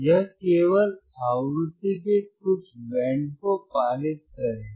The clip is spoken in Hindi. यह केवल आवृत्ति के कुछ बैंड को पारित करेगा